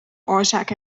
oorzaak